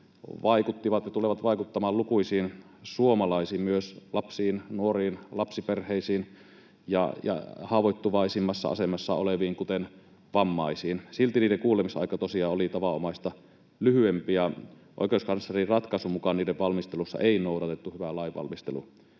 vaikuttivat ja tulevat vaikuttamaan lukuisiin suomalaisiin, myös lapsiin, nuoriin, lapsiperheisiin ja haavoittuvaisimmassa asemassa oleviin, kuten vammaisiin. Silti niiden kuulemisaika tosiaan oli tavanomaista lyhyempi, ja oikeuskanslerin ratkaisun mukaan niiden valmistelussa ei noudatettu hyvää lainvalmistelutapaa.